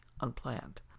unplanned